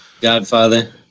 Godfather